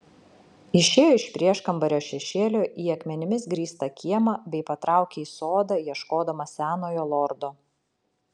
išėjo iš prieškambario šešėlio į akmenimis grįstą kiemą bei patraukė į sodą ieškodama senojo lordo